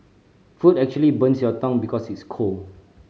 food actually burns your tongue because it's cold